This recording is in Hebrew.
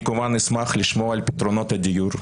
אני כמובן אשמח לשמוע על פתרונות הדיור.